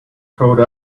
code